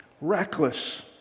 reckless